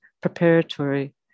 preparatory